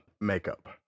makeup